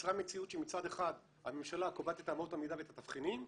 יצרה מציאות שמצד אחד הממשלה קובעת את אמות המידה ואת התבחינים,